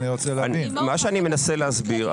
אני מנסה להסביר.